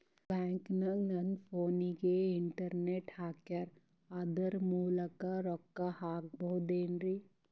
ಬ್ಯಾಂಕನಗ ನನ್ನ ಫೋನಗೆ ಇಂಟರ್ನೆಟ್ ಹಾಕ್ಯಾರ ಅದರ ಮೂಲಕ ರೊಕ್ಕ ಹಾಕಬಹುದೇನ್ರಿ?